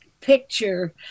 picture